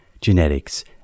genetics